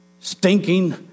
stinking